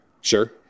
Sure